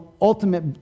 ultimate